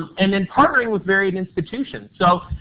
and then partnering with varied institutions. so,